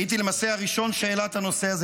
הייתי למעשה הראשון שהעלה את הנושא הזה